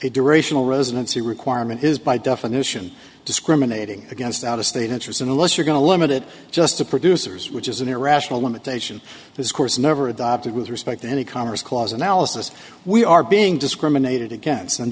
durational residency requirement is by definition discriminating against out of state interest unless you're going to limit it just to producers which is an irrational limitation this course never adopted with respect to any commerce clause analysis we are being discriminated against and